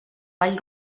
ball